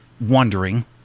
wondering